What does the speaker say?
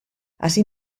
así